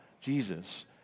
Jesus